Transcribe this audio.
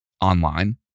online